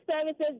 services